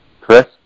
Chris